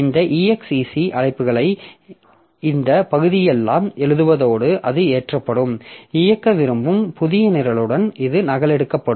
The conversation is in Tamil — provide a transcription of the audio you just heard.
இந்த exec அழைப்புகளை இந்த பகுதியையெல்லாம் எழுதுவதோடு அது ஏற்றப்படும் இயக்க விரும்பும் புதிய நிரலுடன் இது நகலெடுக்கப்படும்